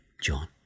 John